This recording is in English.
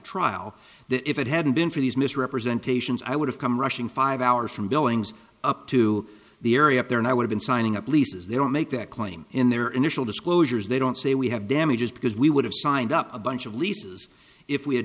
trial that if it hadn't been for these misrepresentations i would have come rushing five hours from billings up to the area up there and i would been signing up leases they don't make that claim in their initial disclosures they don't say we have damages because we would have signed up a bunch of leases if we had